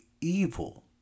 evil